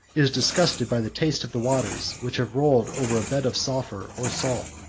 is disgusted by the taste of the waters which have rolled over a bed of sulphur or salt.